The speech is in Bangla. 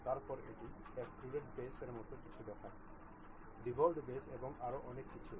তারপরে এটি এক্সট্রুডেড বেস এর মতো কিছু দেখায় রেভল্ভড বেস এবং আরও অনেক কিছুই